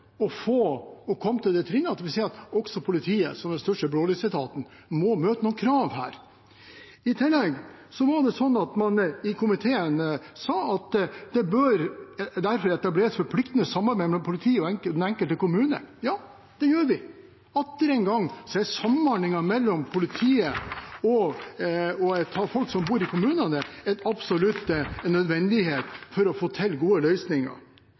å komme til det trinnet at vi sier at også politiet, som den største blålysetaten, må møte noen krav her. I tillegg var det slik at komiteen sa at det derfor bør etableres «forpliktende samarbeid mellom politiet og de enkelte kommuner». Ja, det gjør vi. Atter en gang er samhandlingen mellom politiet og folk som bor i kommunene, en absolutt nødvendighet for å få til gode løsninger.